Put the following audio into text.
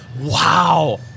Wow